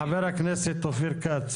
חבר הכנסת אופיר כץ,